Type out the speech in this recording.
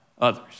others